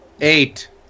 Eight